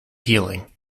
healing